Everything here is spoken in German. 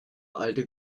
alte